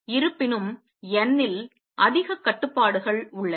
இருப்பினும் n இல் அதிக கட்டுப்பாடுகள் உள்ளன